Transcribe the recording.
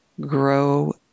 grow